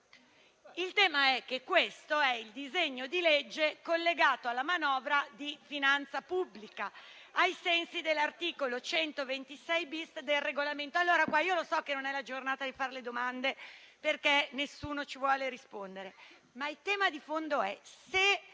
il tema è che questo è un disegno di legge collegato alla manovra di finanza pubblica, ai sensi dell'articolo 126-*bis* del Regolamento. Lo so che questa non è la giornata giusta per fare domande, perché nessuno ci vuole rispondere. Ma il tema di fondo è il